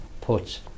put